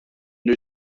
new